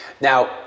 now